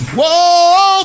Whoa